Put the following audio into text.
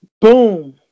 boom